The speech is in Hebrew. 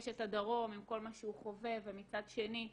יש את הדרום, כל מה שהוא חווה, ומצד שני,